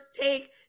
take